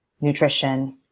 nutrition